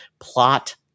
Plot